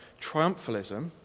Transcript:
triumphalism